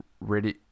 ready